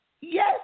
yes